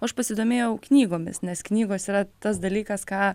aš pasidomėjau knygomis nes knygos yra tas dalykas ką